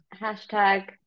Hashtag